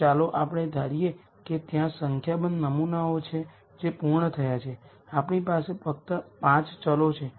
તો ચાલો આપણે ધારીએ કે ત્યાં સંખ્યાબંધ નમૂનાઓ છે જે પૂર્ણ થયા છે આપણી પાસે ફક્ત 5 વેરીએબલ્સ છે